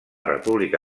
república